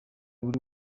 buri